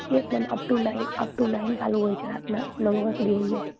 yes ma'am up to nine up to nine ચાલુ હોય છે રાતના નવા સુધી હોઈએ છીએ